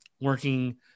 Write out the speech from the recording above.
working